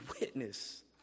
witness